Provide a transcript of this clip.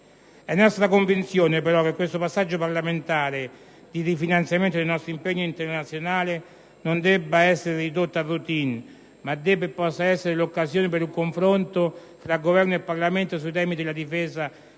È nostra convinzione, però, che questo passaggio parlamentare di rifinanziamento del nostro impegno internazionale non debba essere ridotto a *routine* ma debba e possa essere l'occasione per un confronto tra Governo e Parlamento sui temi della difesa e della